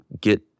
get